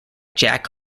jack